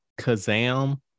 kazam